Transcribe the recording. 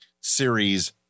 series